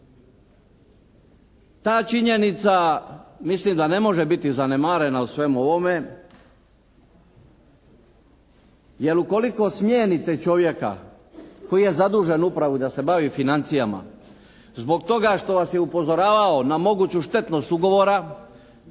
Ta činjenica mislim da ne može biti zanemarena u svemu ovome jer ukoliko smijenite čovjeka koji je zadužen u upravi da se bavi financijama zbog toga što vas je upozoravao na moguću štetnost ugovora